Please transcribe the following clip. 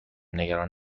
نگران